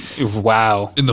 Wow